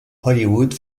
hollywood